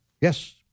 Yes